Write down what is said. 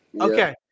Okay